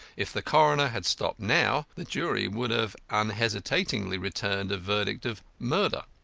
if the coroner had stopped now, the jury would have unhesitatingly returned a verdict of murder.